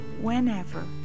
Whenever